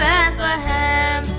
Bethlehem